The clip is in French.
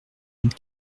mille